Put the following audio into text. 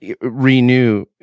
renew